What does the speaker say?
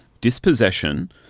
dispossession